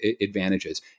advantages